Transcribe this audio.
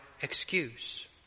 excuse